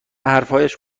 حرفهایشان